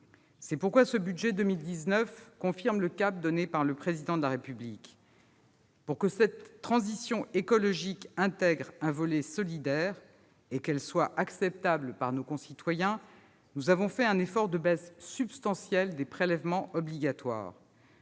C'est pourquoi ce budget pour 2019 confirme le cap donné par le Président de la République. Afin de doter cette transition écologique d'un volet solidaire et de la rendre acceptable par nos concitoyens, nous avons fait un effort de baisses substantielles des prélèvements obligatoires.